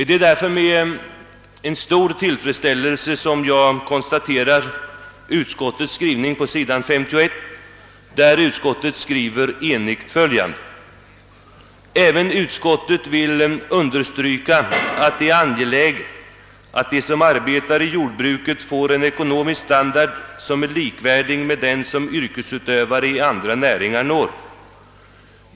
Det är därför med stor tillfredsställelse som jag konstaterar utskottets skrivning på s. 51, där det heter: »Även utskottet vill understryka att det är angeläget att de som arbetar i jordbruket får en ekonomisk standard som är likvärdig med den som yrkesutövare 1 andra näringar når.